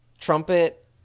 trumpet